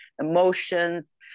Emotions